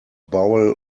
bowl